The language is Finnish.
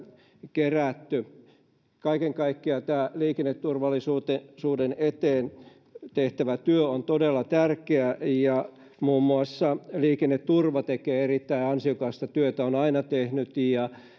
kerätty kaiken kaikkiaan tämä liikenneturvallisuuden eteen tehtävä työ on todella tärkeää ja muun muassa liikenneturva tekee erittäin ansiokasta työtä on aina tehnyt ja